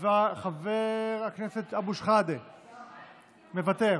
חבר הכנסת אבו שחאדה, מוותר,